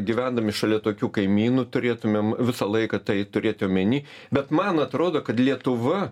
gyvendami šalia tokių kaimynų turėtumėm visą laiką tai turėti omeny bet man atrodo kad lietuva